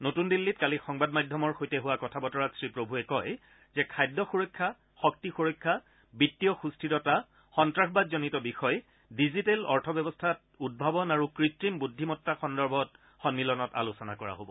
নতূন দিল্লীত কালি সংবাদ মাধ্যমৰ সৈতে হোৱা কথা বতৰাত শ্ৰীপ্ৰভূৱে কয় যে খাদ্য সূৰক্ষা শক্তি সূৰক্ষা বিত্তীয় সূস্থিৰতা সন্নাসবাদজনিত বিষয় ডিজিটেল অৰ্থ ব্যৱস্থাত উদ্ভাৱন আৰু কুত্ৰিম বুদ্ধিমতা সন্দৰ্ভত সন্মিলনত আলোচনা কৰা হব